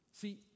See